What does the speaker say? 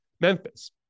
Memphis